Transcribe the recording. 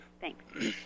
thanks